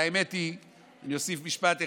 והאמת היא אני אוסיף משפט אחד,